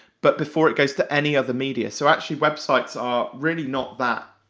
but before it goes to any other media. so actually, websites are really not that,